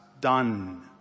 done